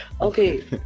Okay